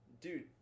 Dude